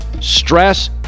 Stress